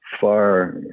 far